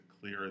clear